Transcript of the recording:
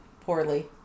poorly